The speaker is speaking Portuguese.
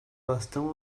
bastão